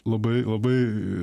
labai labai